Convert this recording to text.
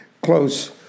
close